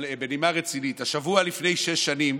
אבל בנימה רצינית, השבוע לפני שש שנים